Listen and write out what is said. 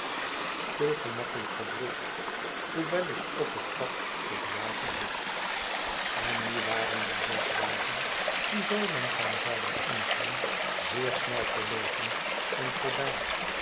veel gemakkelijker droeg hoewel ik ook het pak te dragen had en nu waren die zes dagen die zoo langzaam zouden omgaan zeer snel verloopen en voorbij